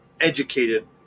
educated